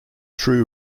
true